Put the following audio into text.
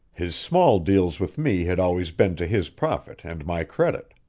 his small deals with me had always been to his profit and my credit.